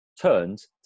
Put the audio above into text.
turns